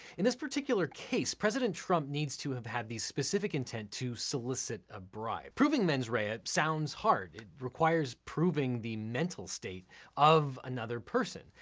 in this particular case, president trump needs to have had the specific intent to solicit a bribe. proving mens rea ah sounds hard. it requires proving the mental state of another person,